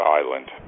island